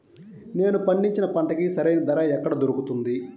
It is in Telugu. నేను పండించిన పంటకి సరైన ధర ఎక్కడ దొరుకుతుంది?